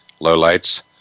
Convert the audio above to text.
lowlights